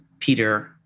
Peter